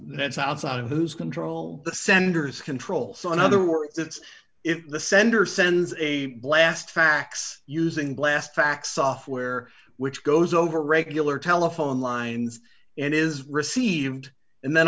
that's outside of whose control the senders control so in other words since if the sender sends a blast fax using blast fax software which goes over regular telephone lines and is received and then